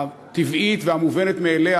הטבעית והמובנת מאליה,